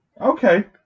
Okay